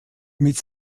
mit